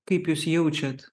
kaip jūs jaučiat